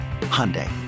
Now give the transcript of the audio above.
Hyundai